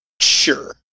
Sure